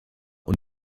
und